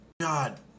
God